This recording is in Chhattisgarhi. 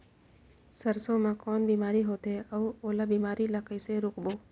सरसो मा कौन बीमारी होथे अउ ओला बीमारी ला कइसे रोकबो?